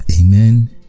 Amen